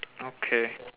okay